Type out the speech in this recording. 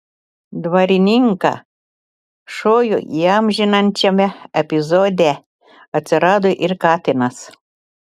dvarininką šojų įamžinančiame epizode atsirado ir katinas